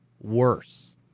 worse